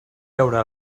veure